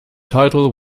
title